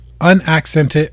unaccented